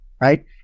right